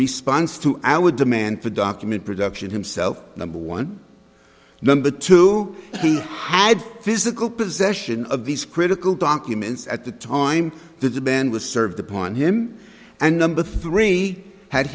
response to our demand for document production himself number one number two he had physical possession of these critical documents at the time that the ban was served upon him and number three had